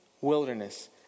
wilderness